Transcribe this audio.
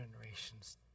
generations